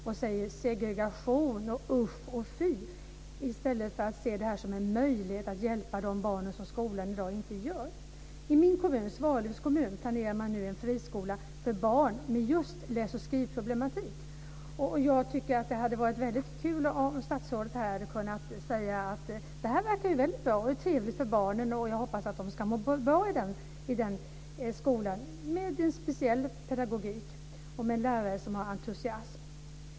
Man talar om segregation och säger usch och fy i stället för att se det som en möjlighet att hjälpa de barn som skolan i dag inte hjälper. I min kommun - Svalövs kommun - planerar man nu en friskola för barn med just läs och skrivproblematik. Jag tycker att det hade varit väldigt kul om statsrådet hade kunnat säga att det verkar väldigt bra och att det är trevligt för barnen och att hon hoppas att de ska må bra i den skolan med speciell pedagogik och med en lärare som har entusiasm.